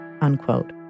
unquote